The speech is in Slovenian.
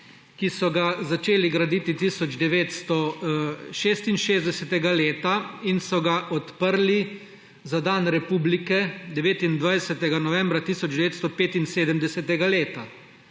ki so ga začeli graditi 1966. leta in so ga odprli na dan republike, 29. novembra 1975. leta.